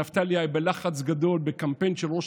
נפתלי היה בלחץ גדול מקמפיין של ראש